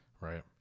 Right